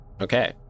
Okay